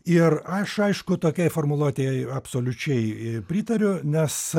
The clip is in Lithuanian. ir aš aišku tokiai formuluotei absoliučiai pritariu nes